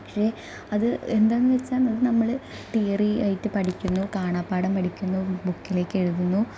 പക്ഷേ അത് എന്താണെന്ന് വെച്ചാൽ നമ്മൾ തിയറി ആയിട്ട് പഠിക്കുന്നു കാണാപ്പാഠം പഠിക്കുന്നു ബുക്കിലേക്ക് എഴുതുന്നു